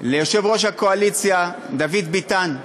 ליושב-ראש הקואליציה דוד ביטן,